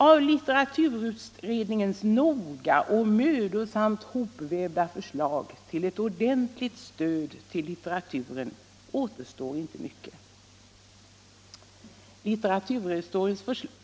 Av litteraturutredningens noga och mödosamt hopvävda förslag till ett ordentligt stöd till litteraturen återstår inte mycket.